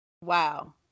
Wow